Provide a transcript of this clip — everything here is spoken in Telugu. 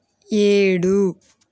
ఏడు